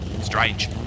Strange